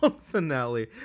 finale